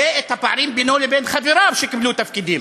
ואת הפערים בינו לבין חבריו, שקיבלו תפקידים.